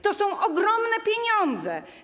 To są ogromne pieniądze.